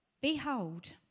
Behold